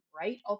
right